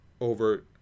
over